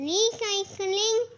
Recycling